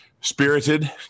spirited